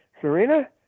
Serena